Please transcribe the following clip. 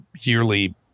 yearly